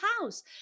house